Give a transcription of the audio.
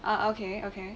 ah okay okay